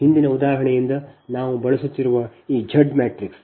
ಹಿಂದಿನ ಉದಾಹರಣೆಯಿಂದ ನಾವು ಬಳಸುತ್ತಿರುವ ಈ Z ಮ್ಯಾಟ್ರಿಕ್ಸ್